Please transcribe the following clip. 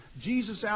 Jesus